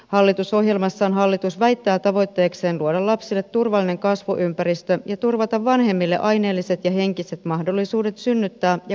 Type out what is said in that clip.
hallitusohjelmassaan hallitus väittää tavoitteekseen luoda lapsille turvallinen kasvuympäristö ja turvata vanhemmille aineelliset ja henkiset mahdollisuudet synnyttää ja kasvattaa lapsia